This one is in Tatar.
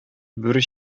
бүре